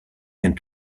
and